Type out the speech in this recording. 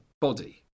body